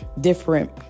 different